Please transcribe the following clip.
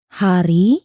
hari